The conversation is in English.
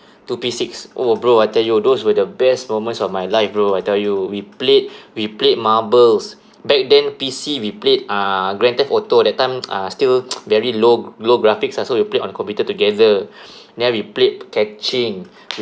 to P six oh bro I tell you those were the best moments of my life bro I tell you we played we played marbles back then P_C we played uh grand theft auto that time uh still very low low graphics ah so we played on the computer together then we played catching